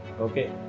okay